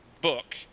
book